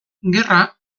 gerra